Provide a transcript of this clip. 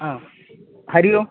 हा हरिः ओम्